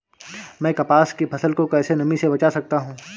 मैं कपास की फसल को कैसे नमी से बचा सकता हूँ?